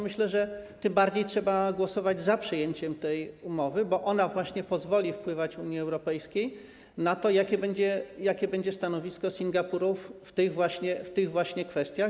Myślę, że tym bardziej trzeba głosować za przyjęciem tej umowy, bo ona właśnie pozwoli wpływać Unii Europejskiej na to, jakie będzie stanowisko Singapuru w tych właśnie kwestiach.